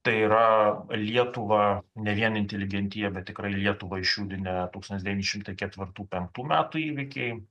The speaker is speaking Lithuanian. tai yra lietuvą ne vien inteligentiją bet tikrai lietuvą išjudinę tūkstantis devyni šimtai ketvirtų penktų metų įvykiai